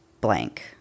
blank